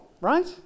right